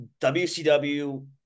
WCW